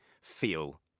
feel